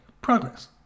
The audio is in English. progress